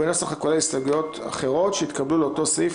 או בנוסח הכולל הסתייגויות אחרות שהתקבלו לאותו סעיף,